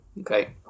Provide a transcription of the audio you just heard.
Okay